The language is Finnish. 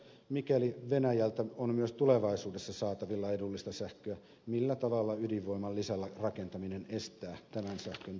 mikäli venäjältä on myös tulevaisuudessa saatavilla edullista sähköä millä tavalla ydinvoiman lisärakentaminen estää tämän sähkön tuonnin